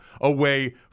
away